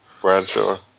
Bradshaw